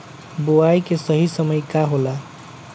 बुआई के सही समय का होला?